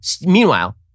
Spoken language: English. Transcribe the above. meanwhile